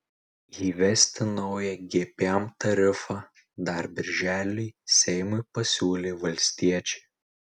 įvesti naują gpm tarifą dar birželį seimui pasiūlė valstiečiai